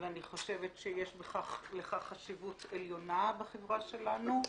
ואני חושבת שיש לכך חשיבות עליונה בחברה שלנו,